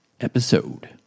episode